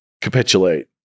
capitulate